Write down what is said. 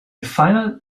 final